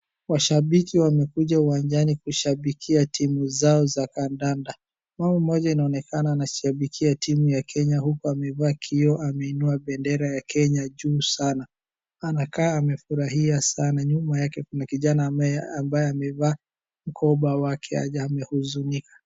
Washabiki wamekuja uwanjani kushabikia timu zao za kandanda. Wao mmoja inaonekana anashabikia timu ya Kenya huku amevaa kioo ameinua bendera ya Kenya juu sana. Anakaa amefurahia sana, nyuma yake kuna kijana ambaye amevaa mkoba wake yaja amehuzunika.